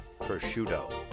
prosciutto